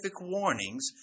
warnings